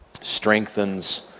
strengthens